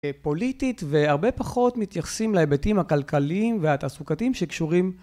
פוליטית והרבה פחות מתייחסים להיבטים הכלכליים והתעסוקתיים שקשורים